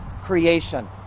creation